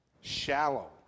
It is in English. shallow